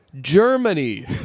Germany